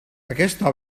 aquesta